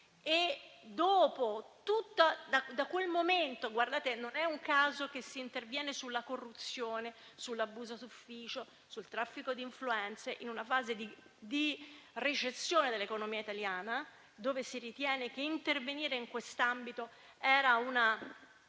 Severino. In quel momento non fu un caso che si intervenisse sulla corruzione, sull'abuso d'ufficio e sul traffico di influenze, in una fase di recessione dell'economia italiana, in cui si ritenne che intervenire in quest'ambito fosse una